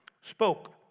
spoke